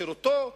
לשירותו,